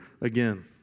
again